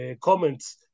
comments